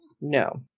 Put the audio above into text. no